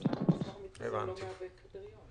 אז למה מספר המתחסנים לא מהווה קריטריון?